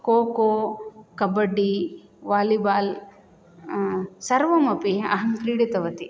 cocoa kabaddi volleyball सर्वमपि अहं क्रीडितवती